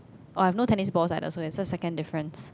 oh I have no tennis balls like also and so second difference